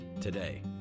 today